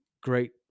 great